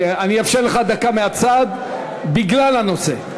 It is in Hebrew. אאפשר לך דקה מהצד בגלל הנושא.